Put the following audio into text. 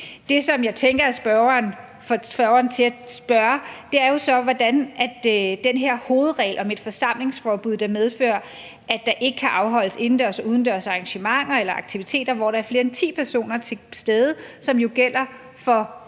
Det, som jeg tænker får spørgeren til at spørge, er jo så i forhold til den her hovedregel om et forsamlingsforbud, der medfører, at der ikke kan afholdes indendørs og udendørs arrangementer eller aktiviteter, hvor der er mere end ti personer til stede, hvilket jo gælder for os alle